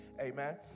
amen